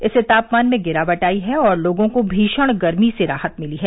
इससे तापमान में गिरावट आयी है और लोगों को भीषण गर्मी से राहत मिली है